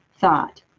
thought